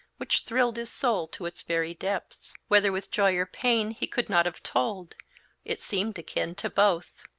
which thrilled his soul to its very depths, whether with joy or pain he could not have told it seemed akin to both.